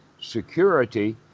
security